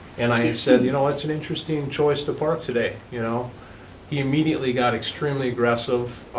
and i had said, you know, it's an interesting choice to park today. you know he immediately got extremely aggressive,